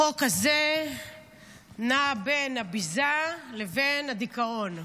החוק הזה נע בין הביזה לבין הדיכאון.